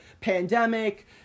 pandemic